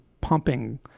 pumping